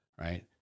Right